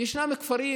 ישנם כפרים